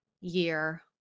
year